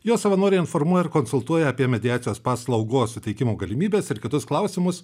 jos savanoriai informuoja ir konsultuoja apie mediacijos paslaugos suteikimo galimybes ir kitus klausimus